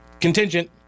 contingent